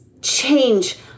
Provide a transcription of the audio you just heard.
change